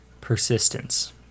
Persistence